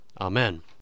Amen